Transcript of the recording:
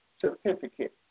certificate